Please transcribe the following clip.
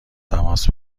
تماس